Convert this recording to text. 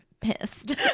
pissed